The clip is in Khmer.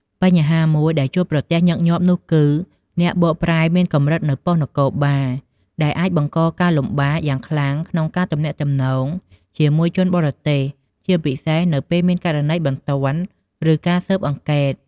បញ្ហាមួយដែលជួបប្រទះញឹកញាប់នោះគឺ អ្នកបកប្រែមានកម្រិតនៅប៉ុស្តិ៍នគរបាលដែលអាចបង្កការលំបាកយ៉ាងខ្លាំងក្នុងការទំនាក់ទំនងជាមួយជនបរទេស ជាពិសេសនៅពេលមានករណីបន្ទាន់ ឬការស៊ើបអង្កេត។